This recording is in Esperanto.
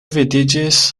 vidiĝis